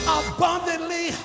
abundantly